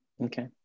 Okay